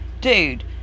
dude